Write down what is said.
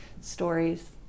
Stories